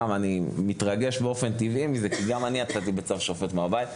זה מרגש אותי כי גם אני הייתי כזה והוצאתי מהבית״.